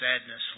sadness